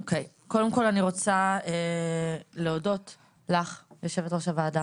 אוקיי, קודם כל אני רוצה להודות לך, יו"ר הוועדה,